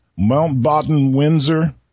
Mountbatten-Windsor